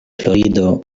florido